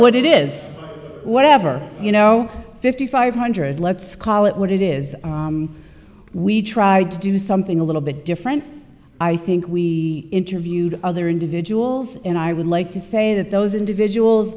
what it is whatever you know fifty five hundred let's call it what it is we tried to do something a little bit different i think we interviewed other individuals and i would like to say that those individuals